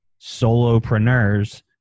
solopreneurs